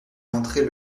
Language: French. entrer